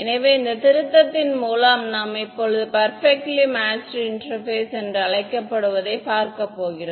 எனவே இந்த திருத்தத்தின் மூலம் நாம் இப்போது பெர்பெக்ட்லி மேட்சுடு இன்டெர்பேஸ் என்று அழைக்கப்படுவதைப் பார்க்கப் போகிறோம்